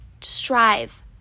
strive